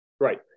Right